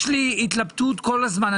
יש לי התלבטות כל הזמן.